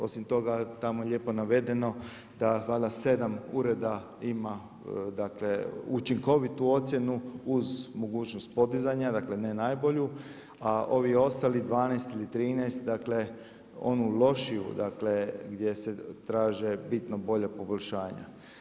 Osim toga, tamo je lijepo navedeno da valjda 7 ureda ima, dakle učinkovitu ocjenu uz mogućnost podizanja, dakle ne najbolju a ovih ostalih 12 ili 13, dakle onu lošiju, dakle gdje se traže bitno bolja poboljšanja.